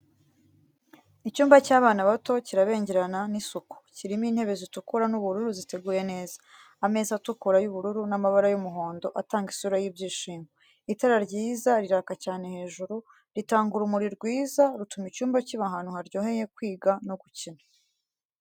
Icyumba cy’abana bato kirabengerana n'isuku, kirimo intebe zitukura n’ubururu ziteguye neza. Ameza atukura, y’ubururu n’amabara y’umuhondo atanga isura y’ibyishimo. Itara ryiza riraka cyane hejuru, ritanga urumuri rwiza rutuma icyumba kiba ahantu haryoheye kwiga no gukina.